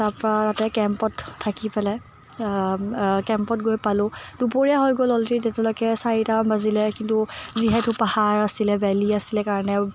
তাৰপৰা তাতে কেম্পত থাকি পেলাই কেম্পত গৈ পালোঁ দুপৰীয়া হৈ গ'ল অলৰেদি তেতিয়ালৈকে চাৰিটামান বাজিলে কিন্তু যিহেতু পাহাৰ আছিলে ভেলী আছিলে কাৰণে